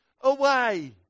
away